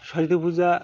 Saraswati Puja